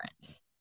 difference